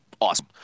Awesome